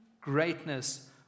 greatness